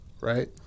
right